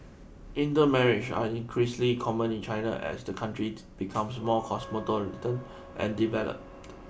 intermarriage are increasingly common in China as the country becomes more cosmopolitan and developed